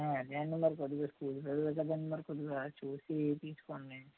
అదేనండి మరి కొద్దిగా స్కూల్ పిల్లలు కదండీ మరి కొద్దిగా చూసి తీసుకోండి